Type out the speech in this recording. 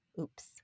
Oops